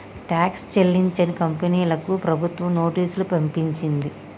tax చెల్లించని కంపెనీలకు ప్రభుత్వం నోటీసులు పంపించింది